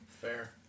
fair